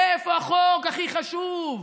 איפה החוק הכי חשוב?